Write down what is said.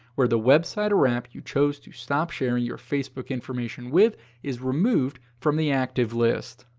where the website or app you chose to stop sharing your facebook information with is removed from the active list.